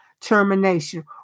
termination